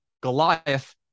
goliath